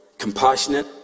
compassionate